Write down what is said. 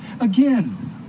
again